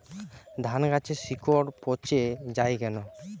ধানগাছের শিকড় পচে য়ায় কেন?